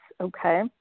Okay